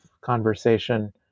conversation